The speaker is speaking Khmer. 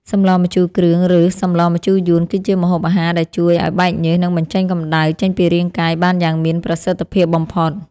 សម្លម្ជូរគ្រឿងឬសម្លម្ជូរយួនគឺជាម្ហូបអាហារដែលជួយឱ្យបែកញើសនិងបញ្ចេញកម្តៅចេញពីរាងកាយបានយ៉ាងមានប្រសិទ្ធភាពបំផុត។